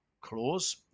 clause